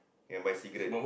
and buy cigarette